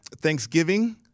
Thanksgiving